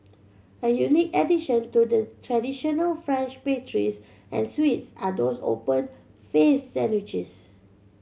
a unique addition to the traditional French pastries and sweets are those open faced sandwiches